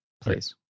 Please